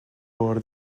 بار